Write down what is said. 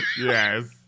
Yes